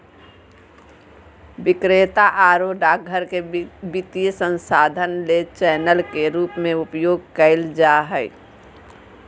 विक्रेता आरो डाकघर के वित्तीय संस्थान ले चैनल के रूप में उपयोग कइल जा हइ